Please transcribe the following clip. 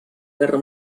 guerra